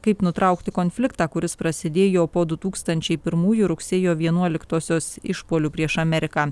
kaip nutraukti konfliktą kuris prasidėjo po du tūkstančiai pirmųjų rugsėjo vienuoliktosios išpuolių prieš ameriką